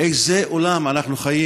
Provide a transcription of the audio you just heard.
באיזה עולם אנחנו חיים?